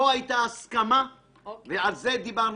זאת היתה ההסכמה ועל זה דיברנו.